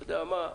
אתה יודע מה?